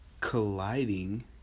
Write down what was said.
colliding